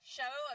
show